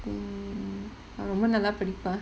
mm ரொம்ப நல்லா படிப்பா:romba nallaa padippaa